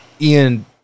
Ian